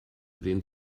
den